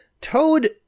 Toad